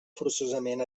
forçosament